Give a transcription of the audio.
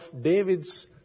David's